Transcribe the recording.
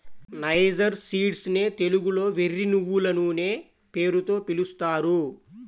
niger seeds నే తెలుగులో వెర్రి నువ్వులనే పేరుతో పిలుస్తారు